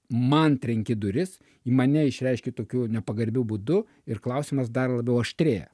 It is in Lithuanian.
man trenki duris į mane išreiški tokiu nepagarbiu būdu ir klausimas dar labiau aštrėja